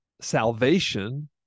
salvation